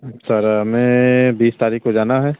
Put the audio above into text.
sir हमें बीस तारीख़ को जाना है